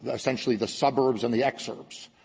essentially the suburbs and the exurbs,